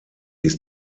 ist